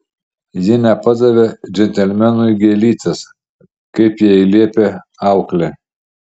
ji nepadavė džentelmenui gėlytės kaip jai liepė auklė